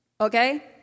Okay